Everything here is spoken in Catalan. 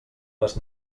les